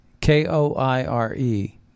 K-O-I-R-E